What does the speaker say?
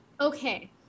Okay